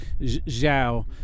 Zhao